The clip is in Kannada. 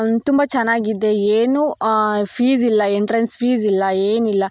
ತುಂಬ ಚೆನ್ನಾಗಿದೆ ಏನೂ ಫೀಸ್ ಇಲ್ಲ ಎಂಟ್ರೆನ್ಸ್ ಫೀಸ್ ಇಲ್ಲ ಏನಿಲ್ಲ